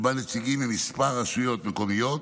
שבהן נציגים מכמה רשויות מקומיות,